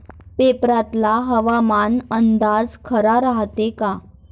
पेपरातला हवामान अंदाज खरा रायते का?